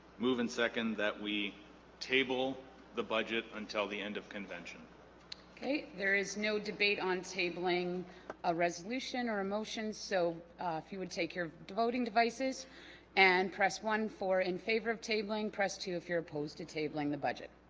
move in second that we table the budget until the end of convention okay there is no debate on tabling a resolution or emotion so if you would take care of voting devices and press one for in favor of tabling press two if you're opposed to tabling the budget